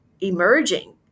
emerging